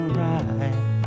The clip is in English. right